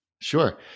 Sure